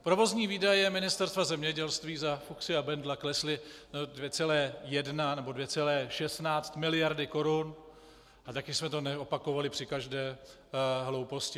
Provozní výdaje Ministerstva zemědělství za Fuksy a Bendla klesly o 2,1 nebo 2,16 miliardy korun a taky jsme to neopakovali při každé hlouposti.